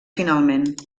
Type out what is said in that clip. finalment